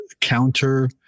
counter